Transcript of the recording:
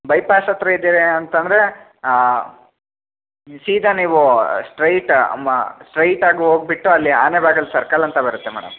bypass ಹತ್ತಿರ ಇದ್ದೀರಿ ಅಂತಂದರೆ ಈ ಸೀದಾ ನೀವು ಸ್ಟ್ರೈಟ್ ಅಮ್ಮ ಸ್ಟ್ರೈಟ್ ಆಗಿ ಹೋಗಿಬಿಟ್ಟು ಅಲ್ಲಿ ಆನೆಬಾಗಿಲ್ ಸರ್ಕಲ್ ಅಂತ ಬರುತ್ತೆ ಮೇಡಮ್